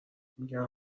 میگن